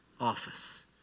office